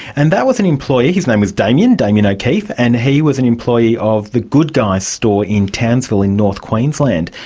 and that was an employee, his name was damian damian o'keefe, and he was an employee of the good guys store in townsville in north queensland.